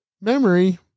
memory